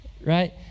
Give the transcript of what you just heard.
right